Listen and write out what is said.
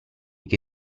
che